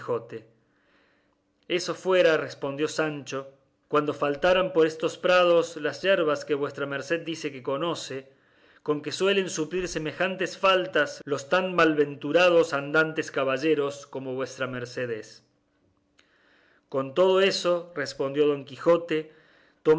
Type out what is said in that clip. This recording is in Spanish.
eso fuera respondió sancho cuando faltaran por estos prados las yerbas que vuestra merced dice que conoce con que suelen suplir semejantes faltas los tan malaventurados andantes caballeros como vuestra merced es con todo eso respondió don quijote